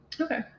Okay